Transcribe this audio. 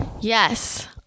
Yes